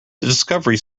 discovery